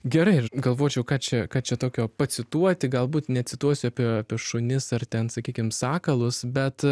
gerai aš galvočiau ką čia ką čia tokio pacituoti galbūt necituosiu apie apie šunis ar ten sakykim sakalus bet